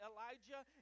Elijah